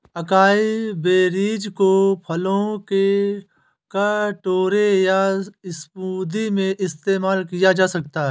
acai berries को फलों के कटोरे या स्मूदी में इस्तेमाल किया जा सकता है